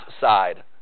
side